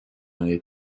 neid